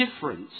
difference